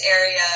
area